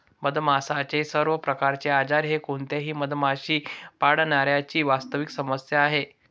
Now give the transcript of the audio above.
मधमाशांचे सर्व प्रकारचे आजार हे कोणत्याही मधमाशी पाळणाऱ्या ची वास्तविक समस्या आहे